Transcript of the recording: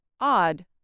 odd